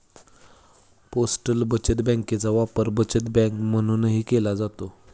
postal बचत बँकेचा वापर बचत बँक म्हणूनही केला जातो